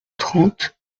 trente